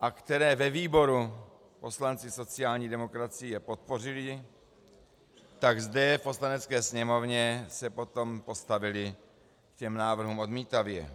a které ve výboru poslanci sociální demokracie podpořili, tak zde v Poslanecké sněmovně se potom postavili k návrhům odmítavě.